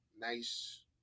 nice